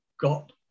got